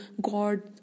god